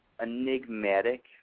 enigmatic